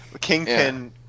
Kingpin